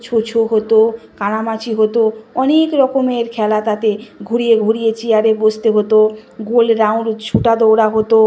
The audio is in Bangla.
ছোছো হতো কানামাছি হতো অনেক রকমের খেলা তাতে ঘুরিয়ে ঘুরিয়ে চেয়ারে বসতে হতো গোল রাউন্ড ছোটা দৌড়া হতো